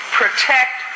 protect